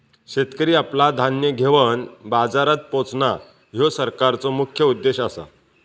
शेतकरी आपला धान्य घेवन बाजारात पोचणां, ह्यो सरकारचो मुख्य उद्देश आसा